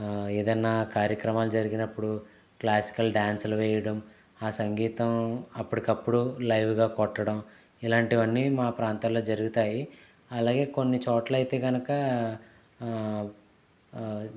ఏదన్న కార్యక్రమాలు జరిగినప్పుడు క్లాసికల్ డ్యాన్సులు వేయడం ఆ సంగీతం అప్పటికప్పుడు లైవ్ గా కొట్టడం ఇలాంటివన్నీ మా ప్రాంతాల్లో జరుగుతాయి అలాగే కొన్ని చోట్లయితే కనుక